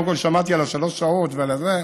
קודם כול שמעתי על השלוש שעות ועל הזה.